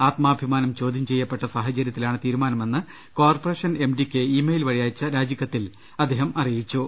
ആത്മാഭിമാനം ചോദ്യംചെയ്യപ്പെട്ട സാഹച ര്യത്തിലാണ് തീരുമാനമെന്ന് കോർപ്പറേഷൻ എം ഡി ക്ക് ഇ മെയിൽ വഴി ്അയച്ച രാജിക്കത്തിൽ അദ്ദേഹം അറിയിച്ചു